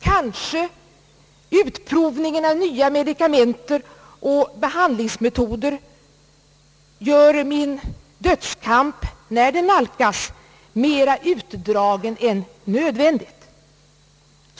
Kanske utprovningen av nya medikamenter och behandlingsmetoder gör min dödskamp, när den nalkas, mera utdragen än nödvändigt.